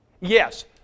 Yes